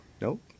Nope